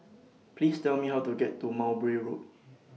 Please Tell Me How to get to Mowbray Road